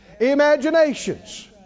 imaginations